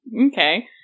okay